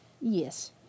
yes